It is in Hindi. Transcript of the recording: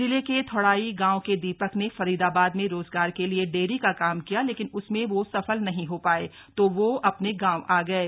जिले के थौंणाई गांव के दीपक ने फरीदाबाद में रोजगार के लिए डेयरी का काम किया लेकिन उसमें वो सफल नहीं हो पाये तो वो अपने गांव आ गये